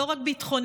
לא רק ביטחונית,